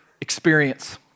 experience